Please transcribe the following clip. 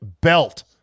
belt